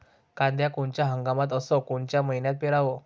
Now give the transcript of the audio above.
कांद्या कोनच्या हंगामात अस कोनच्या मईन्यात पेरावं?